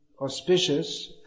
auspicious